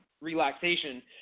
relaxation